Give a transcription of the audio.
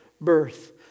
birth